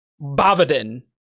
Bavadin